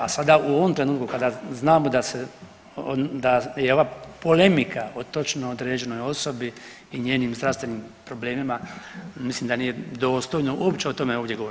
A sada u ovom trenutku kada znamo da se, da je ova polemika o točno određenoj osobi i njenim zdravstvenim problema mislim da nije dostojno uopće o tome ovdje govoriti.